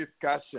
discussion